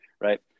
Right